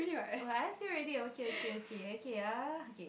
oh I asked you already okay okay okay okay